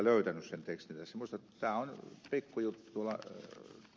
pulliainen kyllä löytänyt sen tekstin tässä